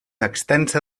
extensa